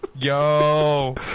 Yo